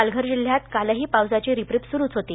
पालघर जिल्ह्यात कालही पावसाची रिपरिप स्रूच होती